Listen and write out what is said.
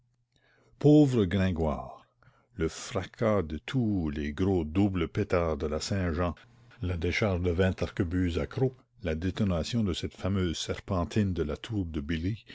pauvre gringoire le fracas de tous les gros doubles pétards de la saint-jean la décharge de vingt arquebuses à croc la détonation de cette fameuse serpentine de la tour de billy